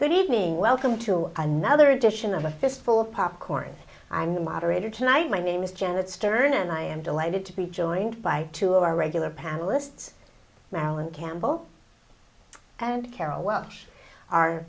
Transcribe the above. good evening welcome to another edition of the fifth four popcorns i'm the moderator tonight my name is janet stern and i am delighted to be joined by two of our regular panelists now and campbell and carol welsh